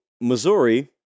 Missouri